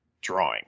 drawing